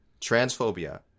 transphobia